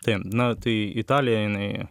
taip na tai italija jinai